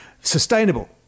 sustainable